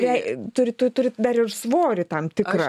jei turi tu turi dar ir svorį tam tikrą